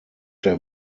der